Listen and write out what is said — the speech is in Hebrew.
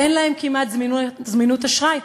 אין להן כמעט זמינות אשראי,